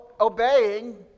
obeying